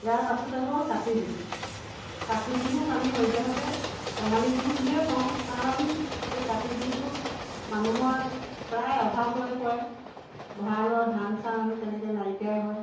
ইয়াৰ পাছতে হ'ল কাতি বিহু কাতি বিহুক আমি সদ্যহতে কঙালি বিহু বুলিয়ে কওঁ কাৰণ এই কাতি বিহুটোত মানুহৰ প্ৰায় অভাৱ হৈ পৰে ভঁৰালত ধান চান তেনেকে নাইকিয়াই হয়